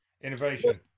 innovation